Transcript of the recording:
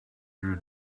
you